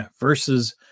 versus